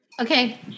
Okay